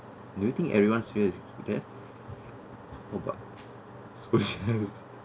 do you think everyone's fear is death what about squis~